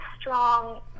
strong